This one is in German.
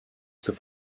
zur